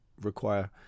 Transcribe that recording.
require